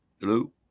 Hello